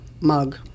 mug